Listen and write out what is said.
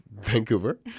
Vancouver